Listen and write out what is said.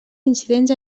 incidents